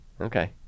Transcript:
Okay